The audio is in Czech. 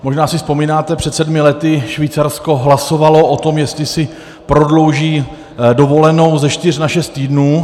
Možná si vzpomínáte, před sedmi lety Švýcarsko hlasovalo o tom, jestli si prodlouží dovolenou ze čtyř na šest týdnů.